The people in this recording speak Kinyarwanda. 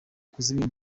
kuzimya